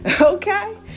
okay